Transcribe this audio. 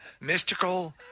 mystical